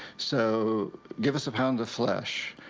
so give us a pound of flesh.